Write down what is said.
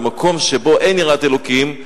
במקום שבו אין יראת אלוקים,